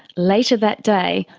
later that day,